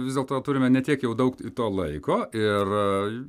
vis dėlto turime ne tiek jau daug to laiko ir